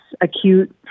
acute